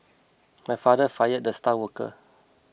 my father fired the star worker